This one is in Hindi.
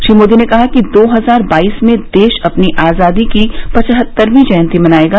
श्री मोदी ने कहा कि दो हजार बाईस में देश अपनी आजादी की पचहत्तरवीं जयंती मनाएगा